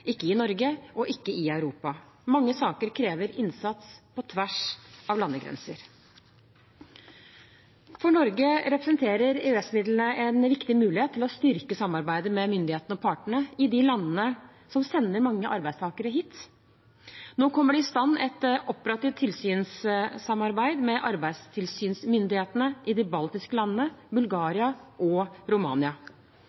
ikke i Norge og ikke i Europa. Mange saker krever innsats på tvers av landegrenser. For Norge representerer EØS-midlene en viktig mulighet til å styrke samarbeidet med myndighetene og partene i de landene som sender mange arbeidstakere hit. Nå kommer det i stand et operativt tilsynssamarbeid med arbeidstilsynsmyndighetene i de baltiske landene,